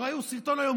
ראינו סרטון היום,